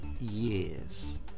years